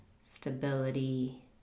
stability